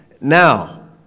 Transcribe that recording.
Now